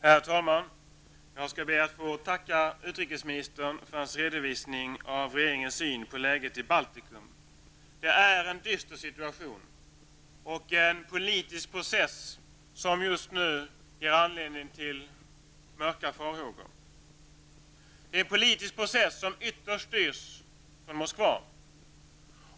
Herr talman! Jag skall be att få tacka utrikesministern för hans redovisning av regeringens syn på läget i Baltikum. Det är en dyster situation och en politisk process som just nu ger anledning till mörka farhågor. Det är en politisk process som ytterst styrs från Moskva.